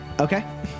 Okay